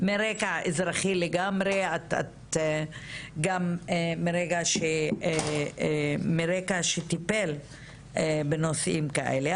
מרקע אזרחי לגמרי, גם מרקע שטיפל בנושאים כאלה.